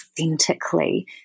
authentically